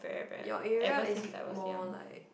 your area is more like